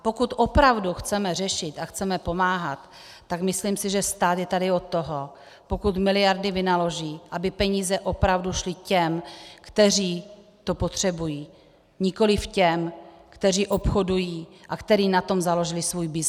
Pokud opravdu chceme řešit a chceme pomáhat, tak si myslím, že stát je tady od toho, pokud miliardy vynaloží, aby peníze opravdu šly těm, kteří to potřebují, nikoliv těm, kteří obchodují a kteří na tom založili svůj byznys.